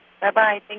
Bye-bye